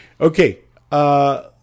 Okay